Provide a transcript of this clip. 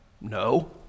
No